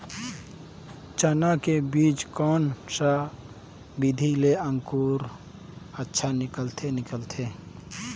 चाना के बीजा कोन सा विधि ले अंकुर अच्छा निकलथे निकलथे